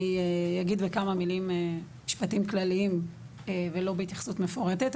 אני אגיד בכמה מילים משפטים כלליים ולא בהתייחסות מפורטת,